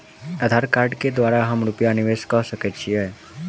आधार कार्ड केँ द्वारा हम रूपया निवेश कऽ सकैत छीयै?